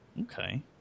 Okay